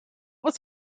was